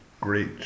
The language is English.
great